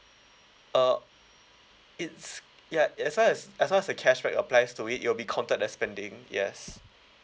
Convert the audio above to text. uh it's yeah as far as long as the cashback applies to it it'll counted as spending yes